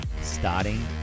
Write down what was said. starting